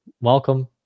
welcome